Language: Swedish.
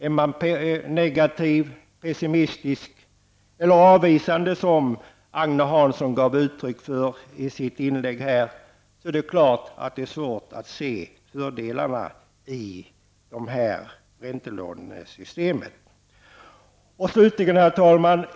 Är man negativ, pessimistisk eller avvisande, som Agne Hansson gav uttryck för i sitt inlägg, är det klart att det är svårt att se fördelarna i räntelånesystemet.